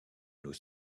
nos